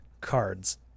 cards